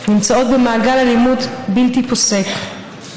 נמצאות במעגל אלימות בלתי פוסק,